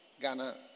Ghana